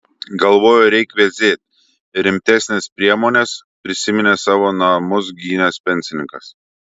galvoju reik veizėt rimtesnės priemonės prisiminė savo namus gynęs pensininkas